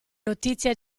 notizia